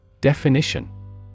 Definition